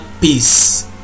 peace